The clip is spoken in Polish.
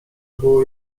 było